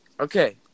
Okay